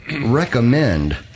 recommend